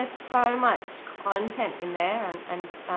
ah so much content in there, and and